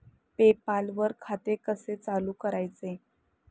पे पाल वर खाते कसे चालु करायचे